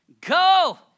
Go